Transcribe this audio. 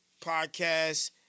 Podcast